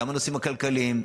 הנושאים הכלכליים,